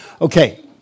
Okay